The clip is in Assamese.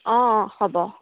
অঁ হ'ব